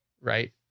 right